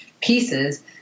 pieces